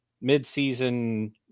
mid-season